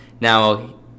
Now